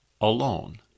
alone